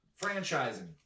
Franchising